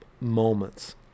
moments